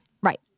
Right